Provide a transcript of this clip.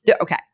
Okay